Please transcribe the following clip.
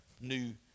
new